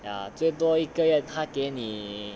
ya 最多一个月他给你